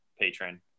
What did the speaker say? patron